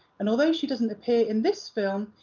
and although she doesn't appear in this film,